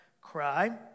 cry